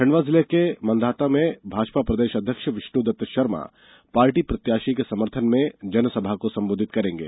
खंडवा जिले के मांधाता में भाजपा प्रदेश अध्यक्ष विष्णुदत्ता शर्मा पार्टी प्रत्याशी के समर्थन में जनसभा को संबोधित करेंगे